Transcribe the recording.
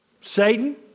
Satan